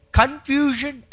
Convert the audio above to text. confusion